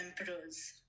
emperors